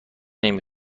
نمی